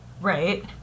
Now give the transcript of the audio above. Right